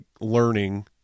learning